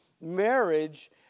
Marriage